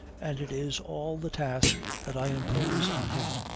and it is all the task that i impose on him.